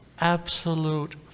absolute